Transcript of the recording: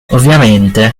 ovviamente